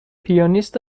پیانیست